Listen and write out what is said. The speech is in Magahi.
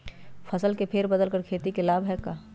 फसल के फेर बदल कर खेती के लाभ है का?